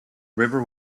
river